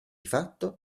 fatto